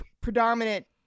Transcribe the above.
predominant